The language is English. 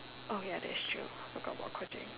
orh ya that's true we'll talk about quitting